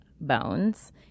bones